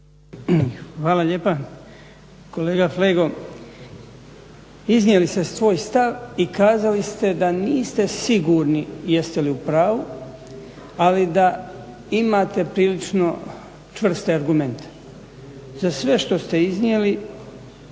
Hvala lijepa. Kolega Flego, iznijeli ste svoj stav i kazali ste da niste sigurni jeste li u pravu, ali da imate prilično čvrste argumente. Za sve što ste iznijeli